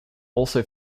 also